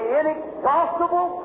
inexhaustible